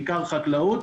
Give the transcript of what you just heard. בעיקר חקלאות,